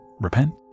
Repent